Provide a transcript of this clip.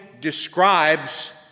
describes